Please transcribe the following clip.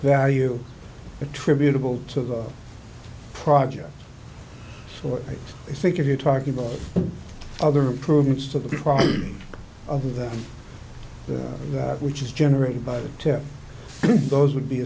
value attributable to the project or i think if you're talking about other improvements to the problem of that which is generated by the those would be